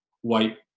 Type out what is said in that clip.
white